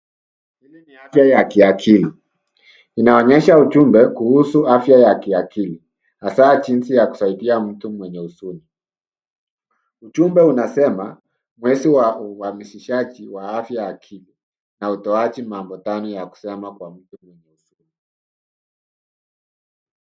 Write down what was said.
Hili ni afya ya kiakili. Inaonyesha ujumbe, kuhusu afya ya kiakili, hasa jinsi ya kusaidia mtu mwenye huzuni. Ujumbe unasema, mwezi wa uhamasishaji wa afya ya akili na utoaji mambo tano ya kusema kwa mtu mwenye huzuni.